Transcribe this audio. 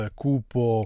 cupo